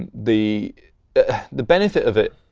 and the the benefit of it